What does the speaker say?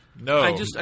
No